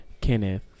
Kenneth